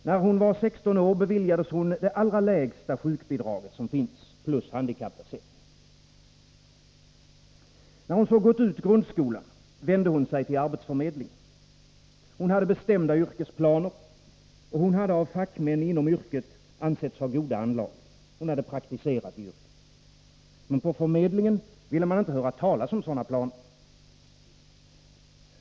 När hon var 16 år beviljades hon det allra lägsta sjukbidrag som finns plus handikappersättning. När hon så gått ut grundskolan, vände hon sig till arbetsförmedlingen. Hon hade bestämda yrkesplaner, och hon hade av fackmän inom yrket ansetts ha goda anlag — hon hade praktiserat i yrket. Men på förmedlingen ville man inte höra talas om sådana planer.